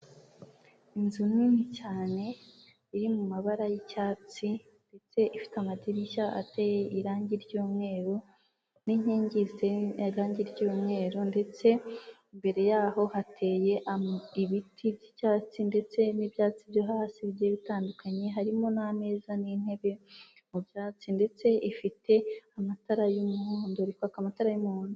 Inzu nini cyane iri mu mabara y'icyatsi ndetse ifite amadirishya ateye irange ry'umweru n'inkingi ziteye irange ry'umweru ndetse imbere yaho hateye ibiti by'icyatsi ndetse n'ibyatsi byo hasi bigiye bitandukanye harimo n'ameza n'intebe mu byatsi ndetse ifite amatara y'umuhondo iri kwaka amatara y'umuhondo.